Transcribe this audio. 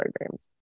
programs